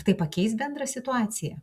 ar tai pakeis bendrą situaciją